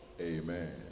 Amen